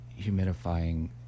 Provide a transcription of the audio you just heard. humidifying